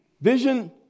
vision